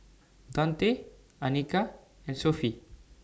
Daunte Anika and Sophie